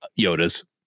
Yoda's